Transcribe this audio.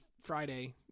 Friday